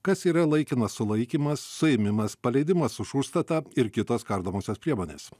kas yra laikinas sulaikymas suėmimas paleidimas už užstatą ir kitos kardomosios priemonės